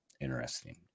Interesting